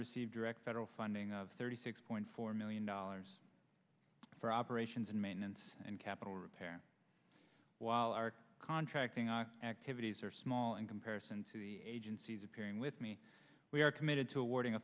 receive direct federal funding of thirty six point four million dollars for operations and maintenance and capital repair while our contracting our activities are small in comparison to the agency's appearing with me we are committed to awarding a